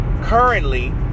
currently